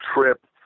trip